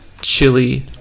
chili